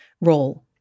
role